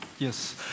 Yes